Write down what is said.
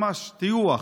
ממש טיוח.